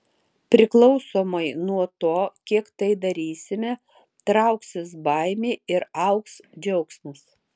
priklausomai nuo to kiek tai darysime trauksis baimė ir augs džiaugsmas